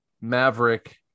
Maverick